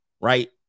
right